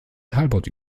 talbot